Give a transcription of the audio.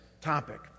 topic